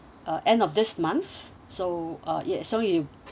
uh end of this month so uh yes so you